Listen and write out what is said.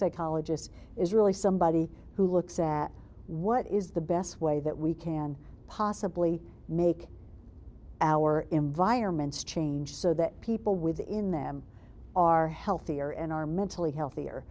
psychologist is really somebody who looks at what is the best way that we can possibly make our environments change so that people within them are healthier and are mentally healthier